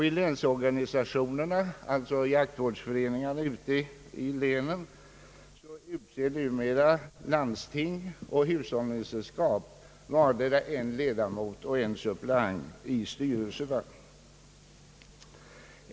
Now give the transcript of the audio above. I länsorganisationerna, alltså jaktvårdsföreningarna ute i länen, utser numera landsting och hushållningssällskap vardera en ledamot och en suppleant i styrelserna.